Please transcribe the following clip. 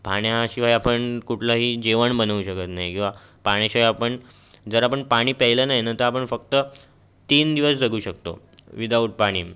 पाण्याशिवाय आपण कुठलंही जेवण बनवू शकत नाही किंवा पाण्याशिवाय आपण जर आपण पाणी प्यायलं नाही ना तर आपण फक्त तीन दिवस जगू शकतो विदाउट पाणी